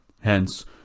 Hence